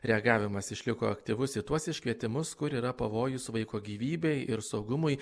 reagavimas išliko aktyvus į tuos iškvietimus kur yra pavojus vaiko gyvybei ir saugumui